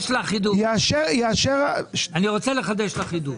אני רוצה לחדש לך חידוש.